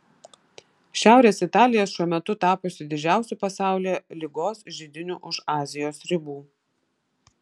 šiaurės italija šiuo metu tapusi didžiausiu pasaulyje ligos židiniu už azijos ribų